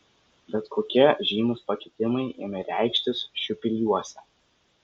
bet kokie žymūs pakitimai ėmė reikštis šiupyliuose